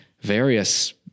various